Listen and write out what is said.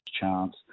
chance